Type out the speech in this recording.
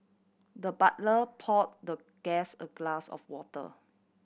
the butler poured the guest a glass of water